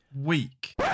week